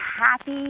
happy